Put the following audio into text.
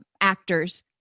actors